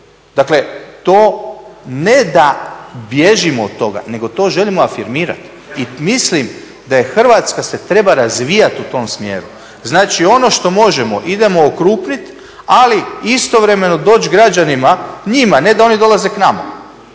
Dakle, to ne da bježimo od toga, nego to želimo afirmirati i mislim da je Hrvatska se treba razvijati u tom smjeru. Znači, ono što možemo, idemo …, ali isto doći građanima, njima, ne da oni dolaze k nama,